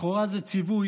לכאורה זה ציווי,